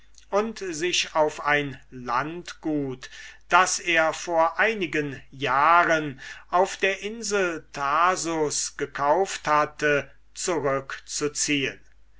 und sich auf ein landgut das er vor einigen jahren auf der insel thasos gekauft hatte zurückzuziehen